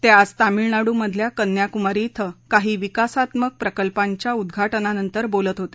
ते आज तामिळनाडूमधल्या कन्याकुमारी श्वें काही विकासात्मक प्रकल्पांच्या उद्घाटनानंतर बोलत होते